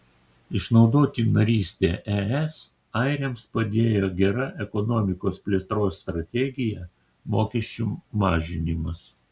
išnaudoti narystę es airiams padėjo gera ekonomikos plėtros strategija mokesčių mažinimas